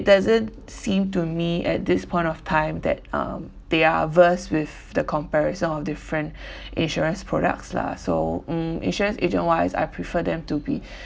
it doesn't seem to me at this point of time that um they are averse with the comparison of different insurance products lah so mm insurance agent-wise I prefer them to be